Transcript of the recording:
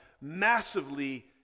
massively